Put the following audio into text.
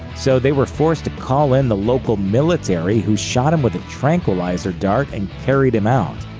so, they were forced to call in the local military who shot him with a tranquilizer dart and carried him out.